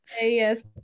yes